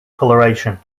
coloration